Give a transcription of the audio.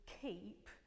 keep